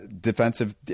defensive